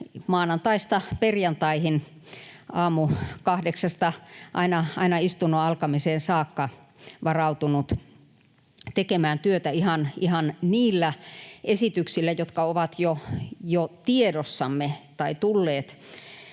maanantaista perjantaihin aamukahdeksasta aina istunnon alkamiseen saakka varautunut tekemään työtä ihan niillä esityksillä, jotka ovat jo tiedossamme tai tulleet